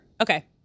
Okay